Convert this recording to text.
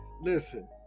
listen